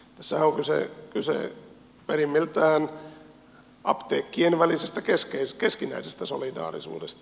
tässähän on kyse perimmältään apteekkien välisestä keskinäisestä solidaarisuudesta